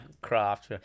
craft